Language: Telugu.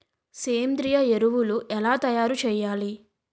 సేంద్రీయ ఎరువులు ఎలా తయారు చేయాలి?